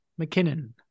McKinnon